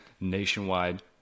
nationwide